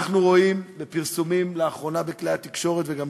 אנחנו רואים בפרסומים בכלי התקשורת לאחרונה,